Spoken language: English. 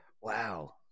Wow